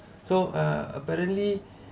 so uh apparently